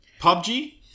PUBG